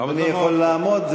אדוני יכול לעמוד.